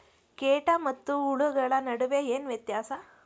ಕೇಟ ಮತ್ತು ಹುಳುಗಳ ನಡುವೆ ಏನ್ ವ್ಯತ್ಯಾಸ?